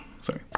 Sorry